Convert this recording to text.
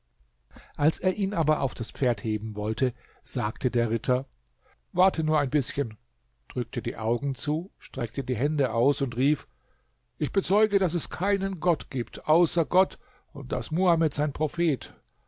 als er ihn aber auf das pferd heben wollte sagte der ritter warte nur ein bißchen drückte die augen zu streckte die hände aus und rief ich bezeuge daß es keinen gott gibt außer gott und daß muhamed sein prophet